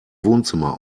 wohnzimmer